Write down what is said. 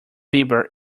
bieber